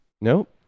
Nope